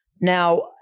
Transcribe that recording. Now